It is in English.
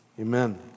Amen